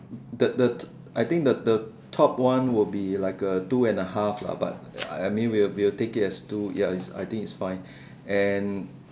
the the I think the the top one would be like a two and a half lah but I mean we will take it as two ya I think it's fine and